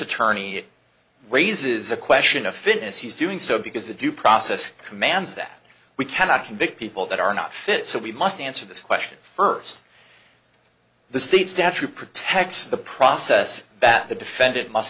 attorney raises a question if it is he's doing so because the due process commands that we cannot convict people that are not fit so we must answer this question first the state statute protects the process that the defendant must